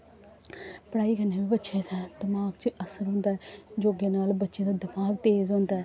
पढ़ाई कन्नै बी बच्चे दे दमाक च असर होंदा ऐ योगै नाल बच्चे दा दमाक तेज़ होंदा ऐ